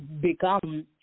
become